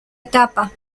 etapa